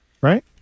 right